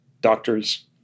doctors